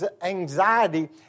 anxiety